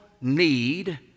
need